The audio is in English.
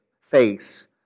face